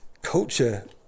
Culture